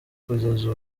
kugeza